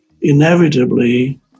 inevitably